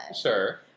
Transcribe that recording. Sure